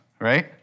right